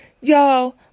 y'all